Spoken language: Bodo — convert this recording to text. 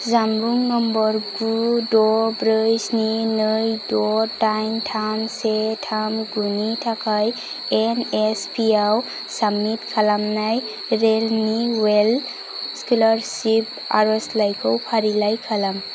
जानबुं नम्बर गु द' ब्रै स्नि नै द' दाइन थाम से थाम गु नि थाखाय एनएसपि आव साबमिट खालामनाय रिनिउयेल स्कलारसिप आरजलाइखौ फारिलाइ खालाम